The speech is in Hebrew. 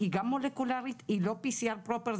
היא גם מולקולרית, היא לאPCR פרופר.